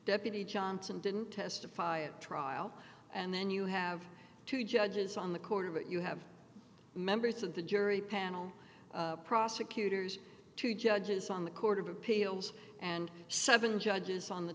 deputy johnson didn't testify at trial and then you have two judges on the corner but you have members of the jury panel prosecutors two judges on the court of appeals and seven judges on the